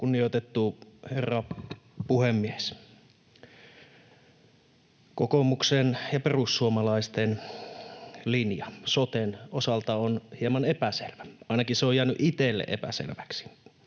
Kunnioitettu herra puhemies! Kokoomuksen ja perussuomalaisten linja soten osalta on hieman epäselvä. Ainakin se on jäänyt itselle epäselväksi.